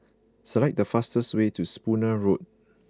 select the fastest way to Spooner Road